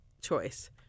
choice